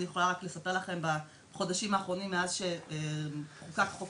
אני יכולה רק לספר לכם שבחודשים האחרונים ככה מאז שחוקק חוק